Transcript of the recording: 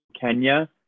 Kenya